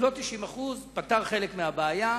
לא 90%, פתר חלק מהבעיה.